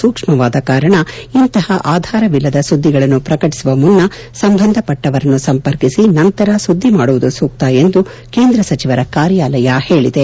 ಸೂಕ್ಷ್ಮವಾದ ಕಾರಣ ಇಂತಪ ಆಧಾರವಿಲ್ಲದ ಸುದ್ದಿಗಳನ್ನು ಪ್ರಕಟಿಸುವ ಮುನ್ನ ಸಂಬಂಧಪಟ್ಟವರನ್ನು ಸಂಪರ್ಕಿಸಿ ನಂತರ ಸುದ್ದಿ ಮಾಡುವುದು ಸೂಕ್ತ ಎಂದು ಕೇಂದ್ರ ಸಚಿವರ ಕಾರ್ಯಾಲಯ ಹೇಳಿದೆ